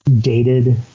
dated